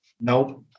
Nope